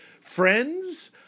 Friends